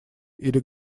или